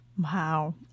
Wow